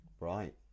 Right